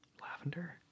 Lavender